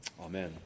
Amen